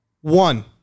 One